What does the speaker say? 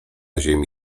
ziemi